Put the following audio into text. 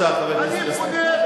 חבר הכנסת אגבאריה.